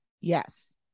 yes